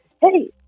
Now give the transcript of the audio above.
Hey